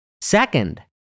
Second